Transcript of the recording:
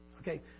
Okay